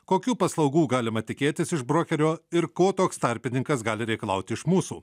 kokių paslaugų galima tikėtis iš brokerio ir ko toks tarpininkas gali reikalauti iš mūsų